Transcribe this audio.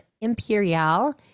Imperial